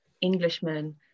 Englishman